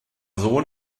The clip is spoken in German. sohn